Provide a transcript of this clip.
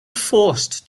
forced